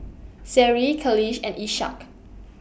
Seri Khalish and Ishak